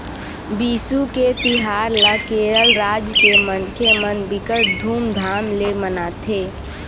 बिसु के तिहार ल केरल राज के मनखे मन बिकट धुमधाम ले मनाथे